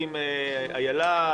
האם איילה,